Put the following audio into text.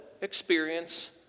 experience